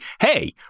hey